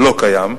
לא קיים.